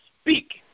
speak